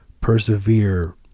persevere